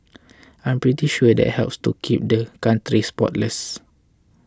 I'm pretty sure that helps to keep the spotless